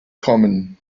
common